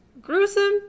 gruesome